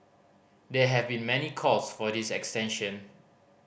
there have been many calls for its extension